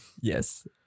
yes